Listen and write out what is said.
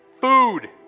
food